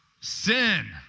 Sin